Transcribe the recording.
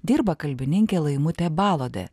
dirba kalbininkė laimutė baluodė